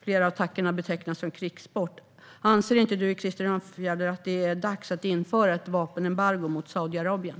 Flera av attackerna betecknas som krigsbrott. Anser inte du, Krister Örnfjäder, att det är dags att införa ett vapenembargo mot Saudiarabien?